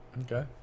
Okay